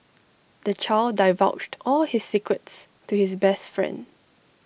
the child divulged all his secrets to his best friend